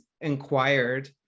inquired